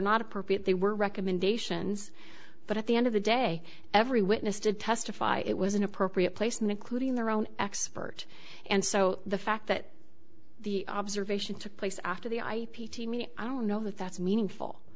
not appropriate they were recommendations but at the end of the day every witness to testify it was an appropriate place and including their own expert and so the fact that the observation took place after the i p t me i don't know that that's meaningful